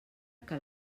que